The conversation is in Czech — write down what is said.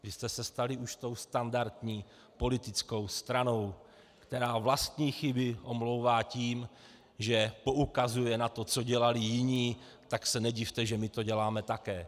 Vy jste se stali už tou standardní politickou stranou, která vlastní chyby omlouvá tím, že poukazuje na to, co dělali jiní, tak se nedivte, že to děláme také.